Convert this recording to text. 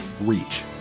reach